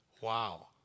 Wow